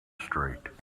straight